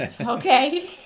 Okay